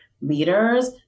leaders